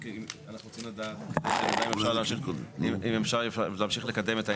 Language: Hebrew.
אנחנו רוצים לדעת אם אפשר להמשיך לקדם את העניין,